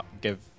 give